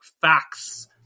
facts